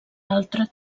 altre